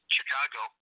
Chicago